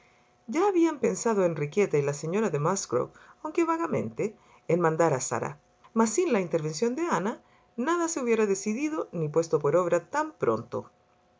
ya habían pensado enriqueta y la señora de musgrove aunque vagamente en mandar a sarah mas sin la intervención de ana nada se hubiera decidido ni puesto por obra tan pronto